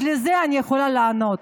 אז לזה אני יכולה לענות: